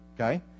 Okay